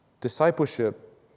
Discipleship